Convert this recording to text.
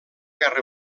guerra